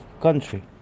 country